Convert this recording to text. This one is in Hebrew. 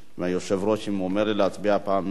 ואם הוא יאמר לי להצביע בקריאה השלישית,